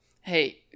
Hey